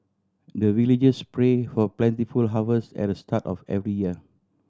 the villagers pray for plentiful harvest at the start of every year